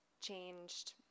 changed –